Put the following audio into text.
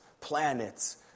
planets